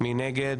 מי נגד?